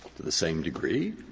to the same degree,